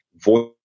voice